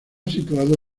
situado